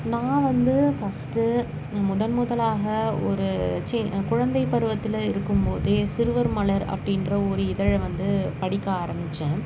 நான் வந்து ஃபஸ்ட்டு முதன்முதலாக ஒரு சி குழந்தை பருவத்தில் இருக்கும் போதே சிறுவர் மலர் அப்படின்ற ஒரு இதழை வந்து படிக்க ஆரம்மிச்சேன்